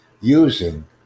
using